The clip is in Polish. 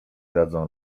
dadzą